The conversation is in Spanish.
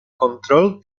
control